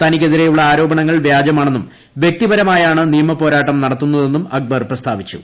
തനിക്കെതിരെയുളള ആരോപണങ്ങൾ വ്യാജമാണെന്നും വൃക്തിപരമായാണ് നിയമ പോരാട്ടം നടത്തുന്നതെന്നും അക്ബർ പ്രസ്താവിച്ചു